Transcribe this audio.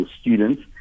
students